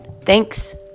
Thanks